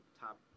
top